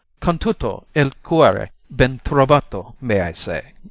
con tutto il cuore ben trovato, may i say.